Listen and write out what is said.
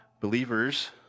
believers